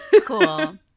Cool